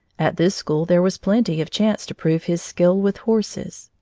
at this school there was plenty of chance to prove his skill with horses.